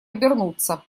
обернуться